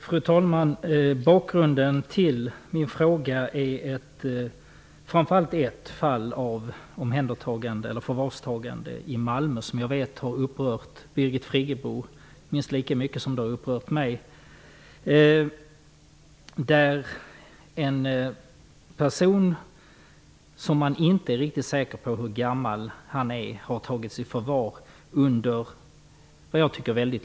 Fru talman! Bakgrunden till min fråga är framför allt ett fall av förvarstagande i Malmö, och jag vet att det har upprört Birgit Friggebo minst lika mycket som det har upprört mig. Man har tagit en person i förvar under mycket lång tid trots man inte är riktigt säker på hur gammal han är.